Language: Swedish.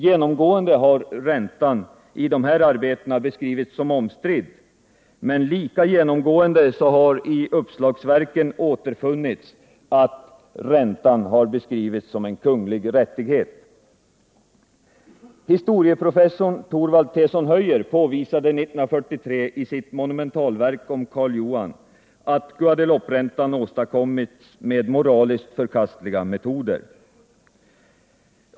Genomgående har räntan i de här arbetena beskrivits som ”omstridd”, men lika genomgående har i uppslagsverken räntan beskrivits som en kunglig rättighet. Historieprofessorn Torvald T:son Höjer påvisade 1943 i sitt monumentalverk om Karl Johan att Guadelouperäntan åstadkommits med moraliskt förkastliga metoder.